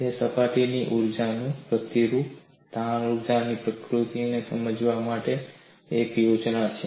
તે સપાટીની ઊર્જાની પ્રકૃતિ તાણ ઊર્જાની પ્રકૃતિને સમજાવવા માટે માત્ર એક યોજના છે